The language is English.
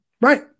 Right